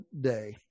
day